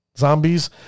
Zombies